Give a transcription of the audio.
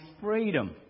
freedom